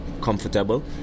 comfortable